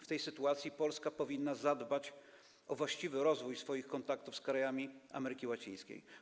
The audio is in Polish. W tej sytuacji Polska powinna zadbać o właściwy rozwój swoich kontaktów z krajami Ameryki Łacińskiej.